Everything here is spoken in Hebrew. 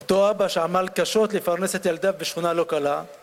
אותו אבא שעמל קשות לפרנס את ילדיו בשכונה לא קלה